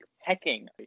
pecking